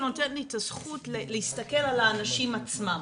נותנת לי את הזכות להסתכל על האנשים עצמם,